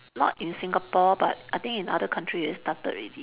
not in Singapore but I think in other country it started already